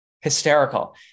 hysterical